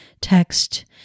text